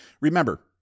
Remember